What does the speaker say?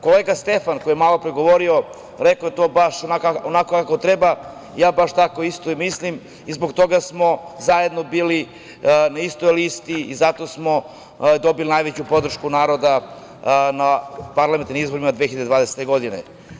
Kolega Stefan, koji je malopre govorio, rekao je to baš onako kako treba, ja baš tako isto i mislim i zbog toga smo zajedno bili na istoj listi, zato smo dobili najveću podršku naroda na parlamentarnim izborima 2020. godine.